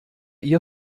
ihr